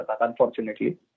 unfortunately